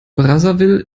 brazzaville